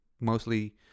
mostly